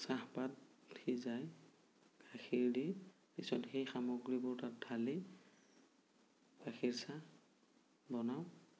চাহপাত সিজাই গাখীৰ দি পিছত সেই সামগ্ৰীবোৰ তাত ঢালি গাখীৰ চাহ বনাওঁ